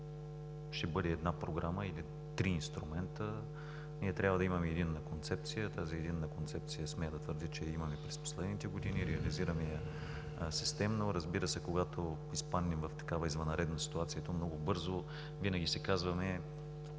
ще бъде една програма или три инструмента – ние трябва да имаме единна концепция. Тази единна концепция смея да твърдя, че я имаме през последните години, реализираме я системно. Разбира се, когато изпаднем в такава извънредна ситуация, и то много бързо, винаги си казваме: